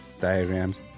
Diagrams